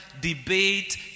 debate